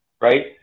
right